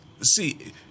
see